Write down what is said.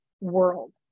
world